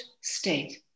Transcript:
state